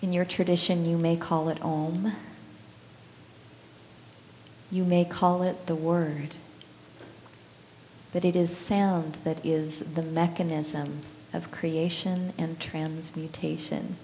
in your tradition you may call it ome you may call it the word but it is sound that is the mechanism of creation and transmutation